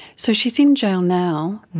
so she's in jail now.